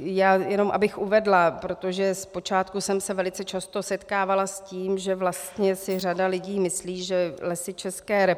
Já jenom abych uvedla, protože zpočátku jsem se velice často setkávala s tím, že vlastně si řada lidí myslí, že Lesy ČR